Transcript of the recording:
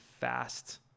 fast